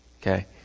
okay